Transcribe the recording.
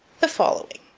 the following.